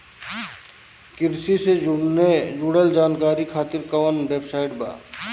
कृषि से जुड़ल जानकारी खातिर कोवन वेबसाइट बा?